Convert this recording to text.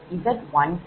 Z2nIn